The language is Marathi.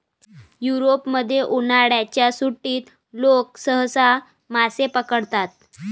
युरोपमध्ये, उन्हाळ्याच्या सुट्टीत लोक सहसा मासे पकडतात